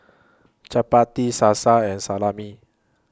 Chapati Salsa and Salami